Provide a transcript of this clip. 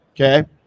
Okay